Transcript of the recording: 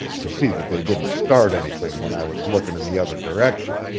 to see that they didn't start anything when i was lookin' in the other direction.